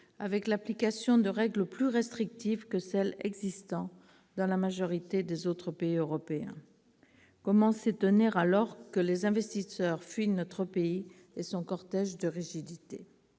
l'on maintenait des règles plus restrictives que celles qui existent dans la majorité des autres pays européens. Dès lors, comment s'étonner que les investisseurs fuient notre pays et son cortège de rigidités ?